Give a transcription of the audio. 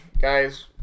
guys